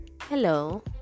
hello